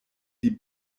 die